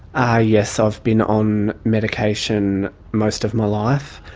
ah yes, i've been on medication most of my life,